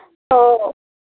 तो